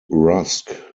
rusk